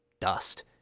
dust